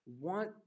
want